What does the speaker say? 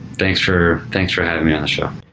thanks for thanks for having me on the show.